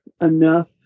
enough